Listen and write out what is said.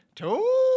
two